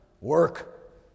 work